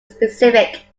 specific